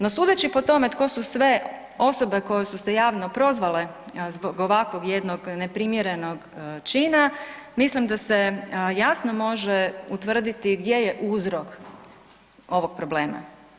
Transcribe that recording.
No sudeći po tome tko su sve osobe koje su se javno prozvale zbog ovakvog jednog neprimjerenog čina, mislim da se jasno može utvrditi gdje je uzrok ovog problema.